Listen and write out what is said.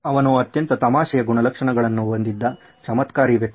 ಅವನು ಅತ್ಯಂತ ತಮಾಷೆಯ ಗುಣಲಕ್ಷಣಗಳನ್ನು ಹೊಂದಿದ್ದ ಚಮತ್ಕಾರಿ ವ್ಯಕ್ತಿ